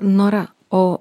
nora o